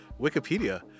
Wikipedia